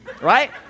Right